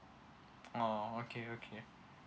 oh okay okay